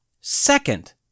Second